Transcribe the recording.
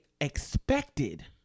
expected